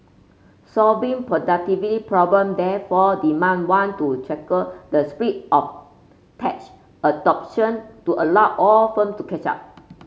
solving productivity problem therefore demand one to tackle the spread of tech adoption to allow all firm to catch up